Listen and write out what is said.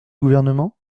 gouvernement